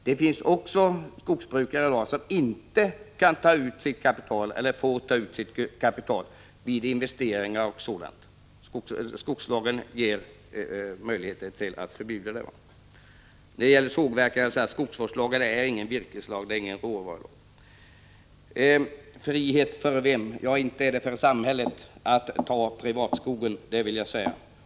Det finns också skogsbrukare som inte kan eller får ta ut sitt kapital exempelvis vid investeringar. Skogsvårdslagen ger möjlighet att förbjuda dem det. När det gäller sågverkens virkesförsörjning vill jag säga att skogsvårdslagen är ingen råvarulag. Frihet för vem? Ja, inte skall det vara frihet för samhället att ta privatskogen, det vill jag säga.